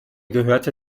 gehörte